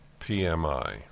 PMI